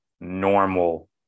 normal